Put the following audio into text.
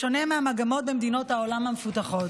בשונה מהמגמות במדינות העולם המפותחות.